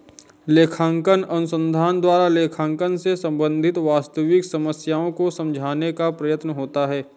लेखांकन अनुसंधान द्वारा लेखांकन से संबंधित वास्तविक समस्याओं को समझाने का प्रयत्न होता है